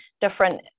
different